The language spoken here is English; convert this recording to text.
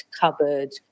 cupboard